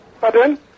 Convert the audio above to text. Pardon